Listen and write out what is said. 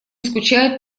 скучает